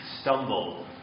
stumble